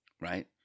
right